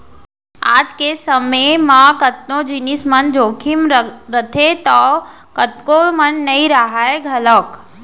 आज के समे म कतको जिनिस म जोखिम रथे तौ कतको म नइ राहय घलौक